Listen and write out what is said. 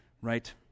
Right